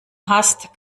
hast